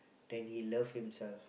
than he love himself